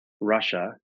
Russia